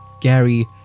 Gary